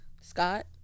Scott